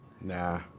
Nah